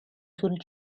sul